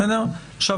עכשיו,